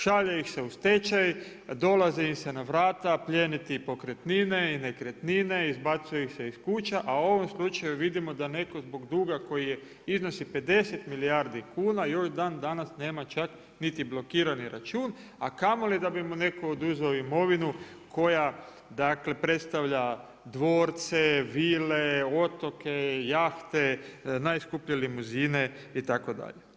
Šalje ih se u stečaj, dolazi im se na vrata plijeniti pokretnine i nekretnine, izbacuje ih se iz kuća, a u ovom slučaju vidimo da neko zbog duga koji iznosi 50 milijardi kuna, još dandanas nema čak niti blokirani račun a kamoli da bi mu netko oduzeo imovinu koja predstavlja dvorce, vile, otoke, jahte, najskuplje limuzine itd.